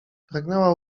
pragnęła